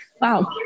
wow